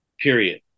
Period